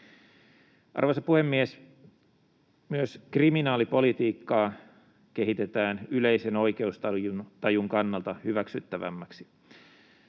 Arvoisa puhemies! Myös kriminaalipolitiikkaa kehitetään yleisen oikeustajun kannalta hyväksyttävämmäksi.